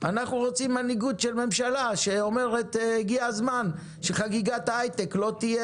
רוצים מנהיגות של ממשלה שתגיד שהגיע הזמן שחגיגת ההייטק לא תהיה